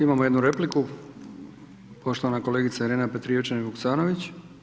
Imamo jednu repliku, poštovana kolegica Irena Petrijevčanin Vuksanović.